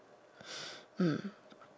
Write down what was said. Ashley belle